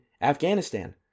Afghanistan